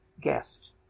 guest